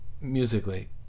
musically